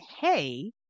hey